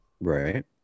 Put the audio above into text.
Right